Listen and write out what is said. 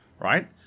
right